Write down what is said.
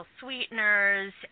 sweeteners